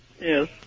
Yes